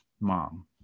mom